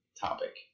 topic